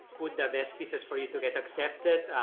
put the best pieces for you to get accepted,